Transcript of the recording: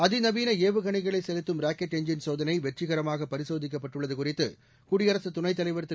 அதிநவீன ஏவுகணைகளை செலுத்தும் ராக்கெட் எஞ்சின் சோதனை வெற்றிகரமாக பரிசோதிக்கப்பட்டுள்ளது குறித்து குடியரசு துணைத் தலைவர் திரு